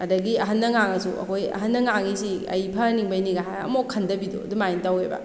ꯑꯗꯒꯤ ꯑꯍꯟꯅ ꯉꯥꯡꯉꯁꯨ ꯑꯈꯣꯏ ꯑꯍꯟꯅ ꯉꯥꯡꯉꯤꯁꯤ ꯑꯩ ꯐꯍꯟꯅꯤꯡꯕꯩꯅꯤꯒ ꯍꯥꯏꯔ ꯑꯝꯃꯣꯛ ꯈꯟꯗꯕꯤꯗꯣ ꯑꯗꯨꯃꯥꯏ ꯇꯧꯑꯦꯕ